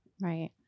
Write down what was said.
Right